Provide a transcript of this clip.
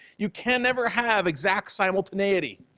you can never have exact simultaneity.